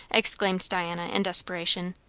exclaimed diana in desperation,